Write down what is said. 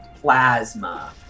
plasma